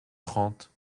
trente